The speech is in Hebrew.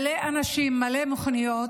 מלא אנשים, מלא מכוניות,